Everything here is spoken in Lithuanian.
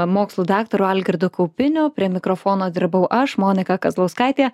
mokslų daktaru algirdu kaupiniu prie mikrofono dirbau aš monika kazlauskaitė